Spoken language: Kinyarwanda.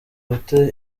ute